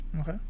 okay